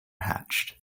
hatched